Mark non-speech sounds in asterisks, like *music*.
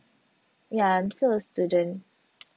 ya I'm still a student *noise*